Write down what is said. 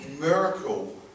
miracle